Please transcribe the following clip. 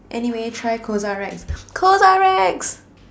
anyway try CosRX CosRX